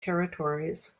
territories